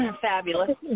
Fabulous